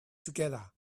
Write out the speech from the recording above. together